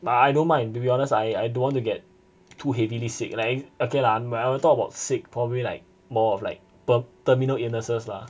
I I don't mind to be honest I don't want to get too heavily sick like if okay lah when I talk about sick probably like more of like perm~ terminal illnesses lah